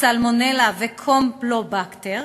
סלמונלה וקמפילובקטר,